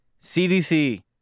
CDC